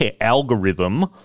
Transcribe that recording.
algorithm